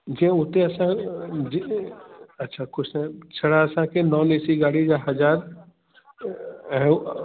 जे उते असां जे अच्छा कुस छड़ा असांखे नोन एसी गाॾी जा हज़ारु ऐं